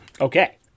Okay